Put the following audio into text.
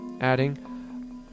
adding